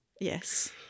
Yes